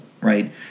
right